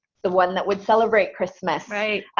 the one that would celebrate christmas, right?